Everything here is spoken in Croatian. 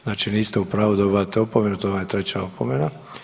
Znači niste u pravu, dobivate opomenu, to vam je treća opomena.